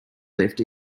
lift